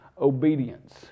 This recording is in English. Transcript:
obedience